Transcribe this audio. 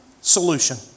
solution